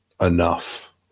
enough